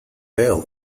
bell